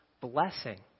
blessing